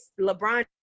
LeBron